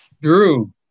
Drew